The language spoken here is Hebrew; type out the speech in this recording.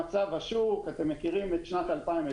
במצב השוק אתם מכירים את המצב בשנת 2020,